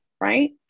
right